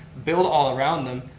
build all around them,